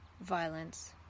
violence